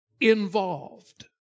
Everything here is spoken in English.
involved